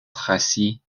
tracy